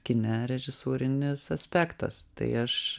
kine režisūrinis aspektas tai aš